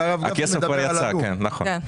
הכסף כבר יצא, נכון.